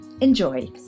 Enjoy